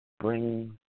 Bring